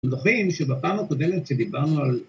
אנחנו זוכרים שבפעם הקודמת שדיברנו על